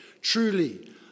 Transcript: Truly